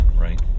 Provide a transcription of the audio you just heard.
right